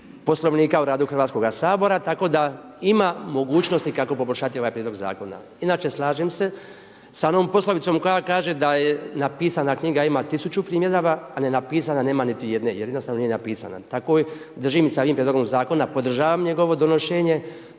Poslovnika o radu Hrvatskoga sabora, tako da ima mogućnosti kako poboljšati ovaj prijedlog zakona. Inače, slažem se sa onom posljedicom koja kaže da napisana knjiga ima tisuću primjedaba a nenapisana nema niti jedne, jer jednostavno nije napisana. Tako držim i sa ovim prijedlogom zakona. Podržavam njegovo donošenje,